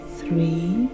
three